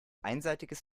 einseitiges